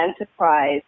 enterprise